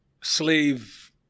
slave